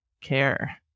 care